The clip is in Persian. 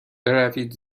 بروید